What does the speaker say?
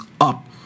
up